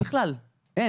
אין.